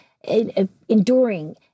enduring